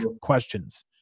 questions